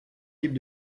types